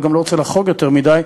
ואני גם לא רוצה לחרוג יותר מדי,